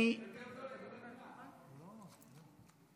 יותר זול לקבל קנס.